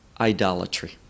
idolatry